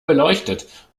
beleuchtet